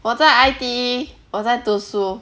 我在 I_T_E 我在读书